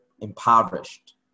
impoverished